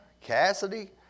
Cassidy